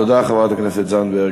תודה, חברת הכנסת זנדברג.